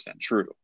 true